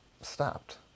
stopped